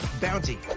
bounty